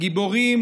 שהגיבורים